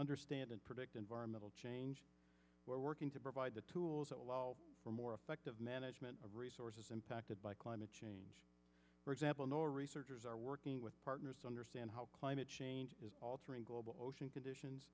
understand and predict environmental change we're working to provide the tools that allow for more effective management of resources impacted by climate change for example no researchers are working with partners understand how climate change is altering global ocean conditions